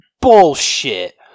bullshit